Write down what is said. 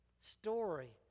story